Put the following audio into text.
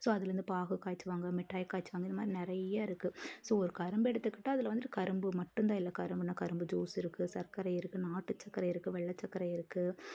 so அதுலேருந்து பாகு காயிச்சுவாங்க மிட்டாய் காயிச்சுவாங்க இது மாதிரி நிறைய இருக்குது ஸோ ஒரு கரும்பெடுத்துக்கிட்டால் அதில் வந்துட்டு கரும்பு மட்டுந்தான் இல்லை கரும்புனா கரும்பு ஜூஸு இருக்குது சர்க்கரை இருக்குது நாட்டு சர்க்கரை இருக்குது வெள்ளை சர்க்கரை இருக்குது